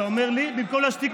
אני לא אסתום.